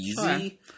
easy